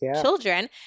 children